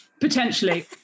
Potentially